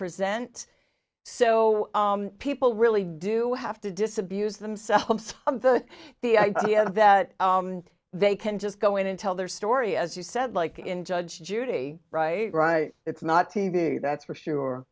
present so people really do have to disabuse themselves of the the idea that they can just go in and tell their story as you said like in judge judy right it's not t v that's for sure